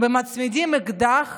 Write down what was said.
ומצמידים אקדח